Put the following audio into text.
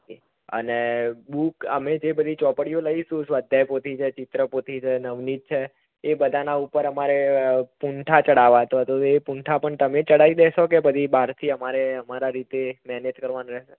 okay અને book અમે જે બધી ચોપડીઓ લઈશું સ્વાધ્યાયપોથી છે ચિત્રપોથી છે નવનીત છે એ બધાના ઉપર અમારે પૂંઠા ચડાવવા છે તો એ પૂંઠા પણ તમે ચડાવી દેશો કે પછી બહારથી અમારે અમારા રીતે મેનેજ કરાવવાનું રહેશે